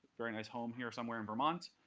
very nice home here somewhere in vermont.